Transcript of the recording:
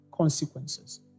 consequences